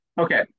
Okay